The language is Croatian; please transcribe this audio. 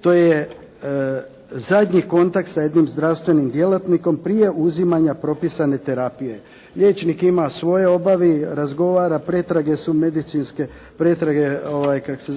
to je zadnji kontakt sa jednim zdravstvenim djelatnikom prije uzimanje propisane terapije. Liječnik ima, svoje obavi, razgovor, pretrage su medicinske, pretrage su